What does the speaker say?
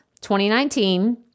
2019